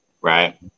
right